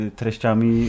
treściami